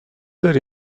داری